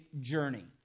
journey